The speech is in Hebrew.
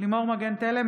לימור מגן תלם,